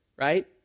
right